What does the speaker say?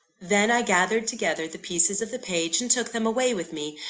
then, i gathered together the pieces of the page and took them away with me,